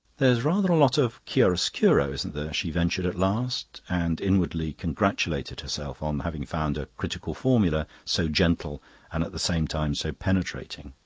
there's rather a lot of chiaroscuro, isn't there? she ventured at last, and inwardly congratulated herself on having found a critical formula so gentle and at the same time so penetrating.